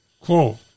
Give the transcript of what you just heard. Quote